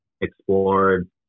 explored